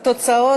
נוכח מיכאל